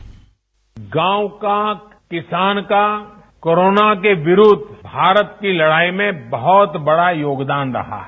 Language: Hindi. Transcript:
बाइट गांव का किसान का कोरोना के विरूद्व भारत की लड़ाई में बहुत बड़ा योगदान रहा है